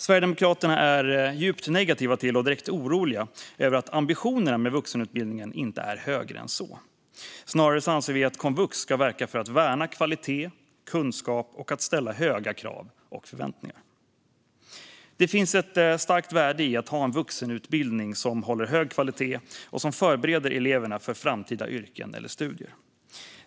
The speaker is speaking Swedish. Sverigedemokraterna är djupt negativa till, och direkt oroliga över, att ambitionerna för vuxenutbildningen inte är högre än så. Snarare anser vi att komvux ska verka för att värna kvalitet och kunskap och ställa höga krav och förväntningar. Det finns ett starkt värde i att ha en vuxenutbildning som håller hög kvalitet och förbereder eleverna för framtida yrken eller studier.